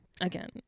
again